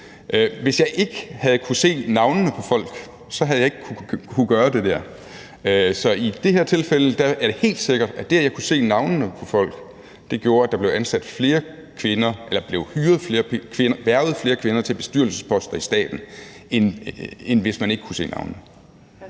Hvis jeg ikke havde kunnet se navnene på folk, havde jeg ikke kunnet gøre det dér, så i det her tilfælde er det helt sikkert, at det, at jeg kunne se navnene på folk, gjorde, at der blev hvervet flere kvinder til bestyrelsesposter i staten, end hvis man ikke havde kunnet se navnene.